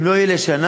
אם לא יהיה לשנה,